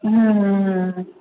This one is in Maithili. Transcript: हूँ हूँ